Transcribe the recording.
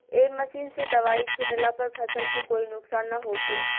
ए machine से दवाई छिटला पर फसल के कोई नुकसान ना होखे